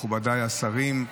מכובדיי השרים,